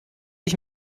ich